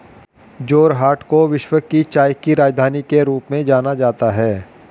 जोरहाट को विश्व की चाय की राजधानी के रूप में जाना जाता है